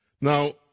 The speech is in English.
Now